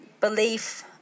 belief